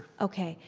okay,